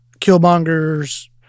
Killmonger's